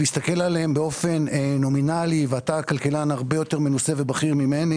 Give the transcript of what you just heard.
להסתכל עליהן באופן נומינלי ואתה כלכלן הרבה יו תר מנוסה ובכיר ממני